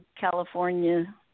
California